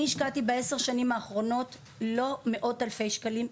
אני השקעתי בעשר השנים האחרונות לא מאות אלפי שקלים,